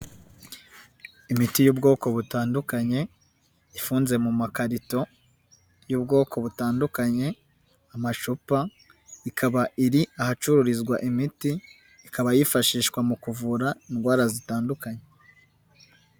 Imiti y'ubwoko butandukanye ifunze mu makarito y'ubwoko butandukanye, amacupa ikaba iri ahacururizwa imiti, ikaba yifashishwa mu kuvura indwara zitandukanye.